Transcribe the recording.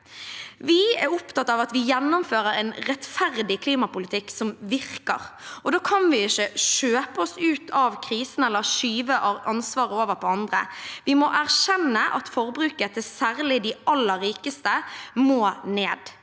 Vi er opptatt av at vi gjennomfører en rettferdig klimapolitikk som virker. Da kan vi ikke kjøpe oss ut av krisen eller skyve ansvaret over på andre. Vi må erkjenne at forbruket til særlig de aller rikeste må ned.